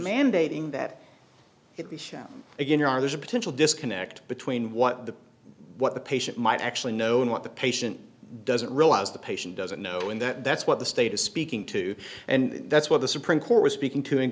mandating that it be shown again or are there's a potential disconnect between what the what the patient might actually know and what the patient doesn't realize the patient doesn't know and that that's what the state is speaking to and that's what the supreme court was speaking to lin